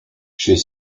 chez